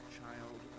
child